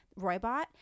Roybot